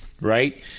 right